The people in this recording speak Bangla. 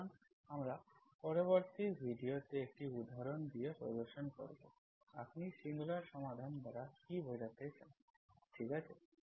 সুতরাং আমরা পরবর্তী ভিডিও তে একটি উদাহরণ দিয়ে প্রদর্শন করব আপনি সিঙ্গুলার সমাধান দ্বারা কী বোঝাতে চান ঠিক আছে